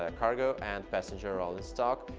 ah cargo and passenger rolling stock,